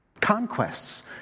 conquests